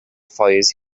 fires